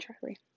Charlie